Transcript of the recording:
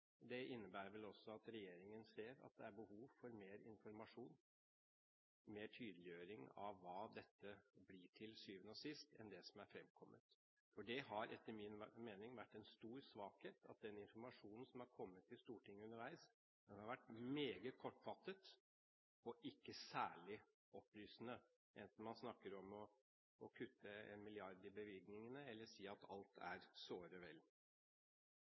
Det innebærer vel også at regjeringen ser at det er behov for mer informasjon, mer tydeliggjøring av hva dette til syvende og sist blir, enn det som er fremkommet. Det har etter min mening vært en stor svakhet at den informasjonen som er kommet til Stortinget underveis, har vært meget kortfattet og ikke særlig opplysende, enten man snakker om å kutte 1 mrd. kr i bevilgningene eller sier at alt er såre vel.